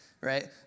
right